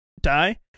die